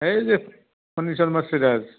এই যে ফণি শৰ্মাৰ চিৰাজ